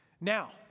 Now